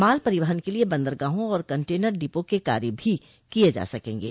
माल परिवहन के लिए बंदरगाहों और कंटेनर डिपो के कार्य भी किये जा सकेंगे